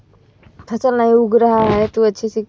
फ़सल नहीं उग रहा है तो अच्छे से